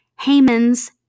Haman's